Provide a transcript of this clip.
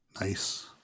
Nice